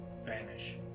vanish